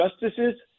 justices